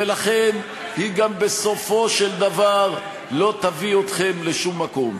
ולכן היא גם בסופו של דבר לא תביא אתכם לשום מקום.